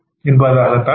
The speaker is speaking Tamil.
என்பதாகத்தான் இருக்கும்